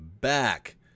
back